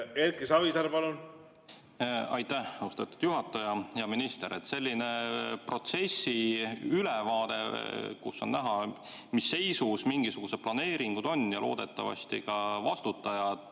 Erki Savisaar, palun! Aitäh, austatud juhataja! Hea minister! Selline protsessi ülevaade, kus on näha, mis seisus mingisugused planeeringud on ja kes on vastutajad